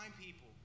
people